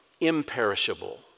Imperishable